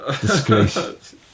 Disgrace